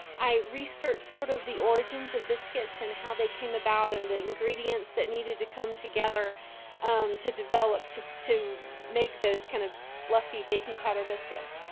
i researched sort of the origins of biscuits and how they came about and the ingredients that needed to come together to develop, to to make those kind of fluffy baking powder biscuits.